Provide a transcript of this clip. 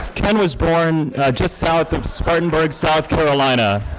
ken was born just south of spartanburg, south carolina.